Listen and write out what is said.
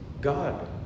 God